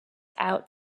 out